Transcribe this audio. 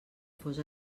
fos